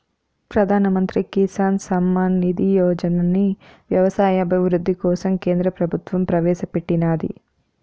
ప్రధాన్ మంత్రి కిసాన్ సమ్మాన్ నిధి యోజనని వ్యవసాయ అభివృద్ధి కోసం కేంద్ర ప్రభుత్వం ప్రవేశాపెట్టినాది